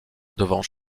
devant